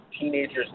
teenagers